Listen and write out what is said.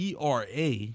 ERA